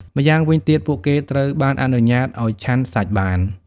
ម្យ៉ាងវិញទៀត ពួកគេត្រូវបានអនុញ្ញាតឱ្យឆាន់សាច់បាន។